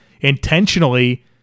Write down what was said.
intentionally